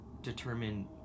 determine